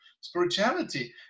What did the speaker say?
spirituality